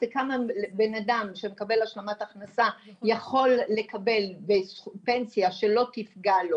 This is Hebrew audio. זה כמה בן אדם שמקבל השלמת הכנסה יכול לקבל פנסיה שלא תפגע לו